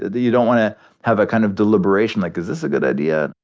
you don't want to have a kind of deliberation, like, is this a good idea?